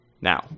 now